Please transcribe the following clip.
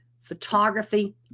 photography